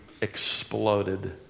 exploded